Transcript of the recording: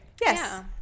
Yes